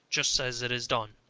just as it is done.